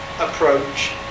approach